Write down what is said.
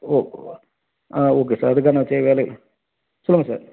ஓ ஆ okay sir அதுக்கான சே வேல சொல்லுங்கள் சார்